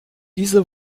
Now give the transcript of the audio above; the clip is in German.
diese